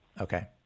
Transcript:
okay